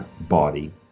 body